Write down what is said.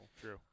True